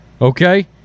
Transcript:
Okay